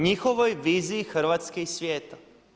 Njihovoj viziji Hrvatske i svijeta.